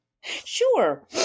Sure